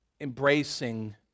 embracing